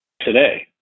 Today